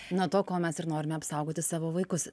nuo to ko mes ir norime apsaugoti savovaikus